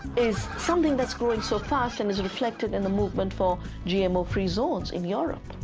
is something that's going so fast and is reflected in the movement for gmo-free zones in europe.